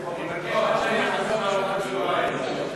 (הישיבה נפסקה בשעה 13:46 ונתחדשה בשעה